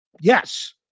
Yes